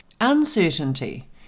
uncertainty